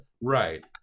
right